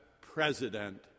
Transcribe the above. president